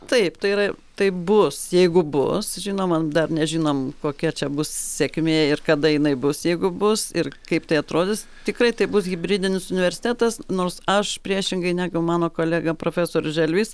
taip tai yrai taip bus jeigu bus žinoma dar nežinom kokia čia bus sėkmė ir kada jinai bus jeigu bus ir kaip tai atrodys tikrai tai bus hibridinis universitetas nors aš priešingai negu mano kolega profesorius želvys